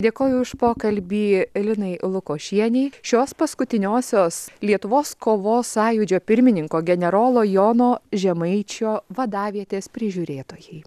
dėkoju už pokalbį linai lukošienei šios paskutiniosios lietuvos kovos sąjūdžio pirmininko generolo jono žemaičio vadavietės prižiūrėtojai